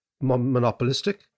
monopolistic